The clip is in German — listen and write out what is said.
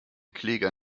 kläger